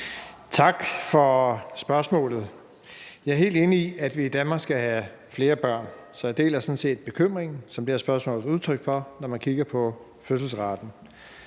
Tak for spørgsmålet. Jeg er helt enig i, at vi i Danmark skal have flere børn, så jeg deler sådan set bekymringen, som det her spørgsmål er udtryk for, når man kigger på fødselsraten.